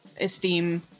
Esteem